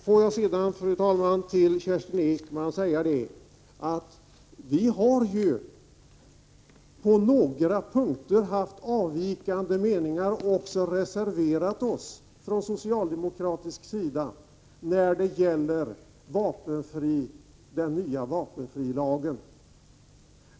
Får jag sedan, fru talman, till Kerstin Ekman säga att vi på några punkter haft avvikande meningar och också reserverat oss från socialdemokratisk sida när det gäller den nya vapenfrilagen.